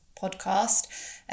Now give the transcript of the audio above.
podcast